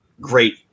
great